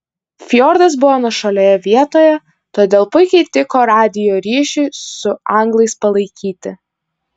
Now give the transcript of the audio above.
fjordas buvo nuošalioje vietoje todėl puikiai tiko radijo ryšiui su anglais palaikyti